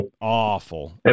awful